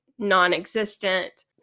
non-existent